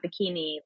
bikini